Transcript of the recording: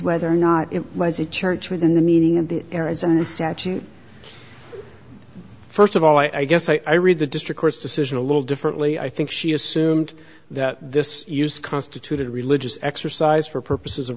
whether or not it was a church within the meaning of the arizona statute first of all i guess i read the district court's decision a little differently i think she assumed that this use constituted religious exercise for purposes of